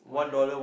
!wah! that